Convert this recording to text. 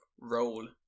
roll